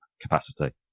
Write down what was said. capacity